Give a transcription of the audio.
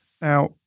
Now